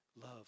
Love